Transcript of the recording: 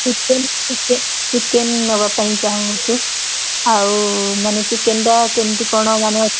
chicken ଚିକେ chicken ନବା ପାଇଁ ଚାହୁଁଛୁ ଆଉ ମାନେ ଚିକେନଟା କେମିତି କ'ଣ ମାନେ